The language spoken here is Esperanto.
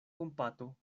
kompato